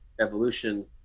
evolution